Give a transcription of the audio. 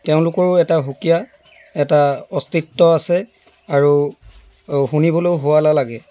তেওঁলোকৰো এটা সুকীয়া এটা অস্তিত্ব আছে আৰু শুনিবলেও শুৱলা লাগে